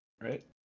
right